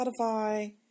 Spotify